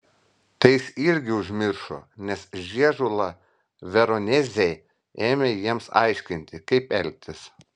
tai jis irgi užmiršo nes žiežula veronezė ėmė jiems aiškinti kaip elgtis